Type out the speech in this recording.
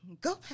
go